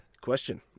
Question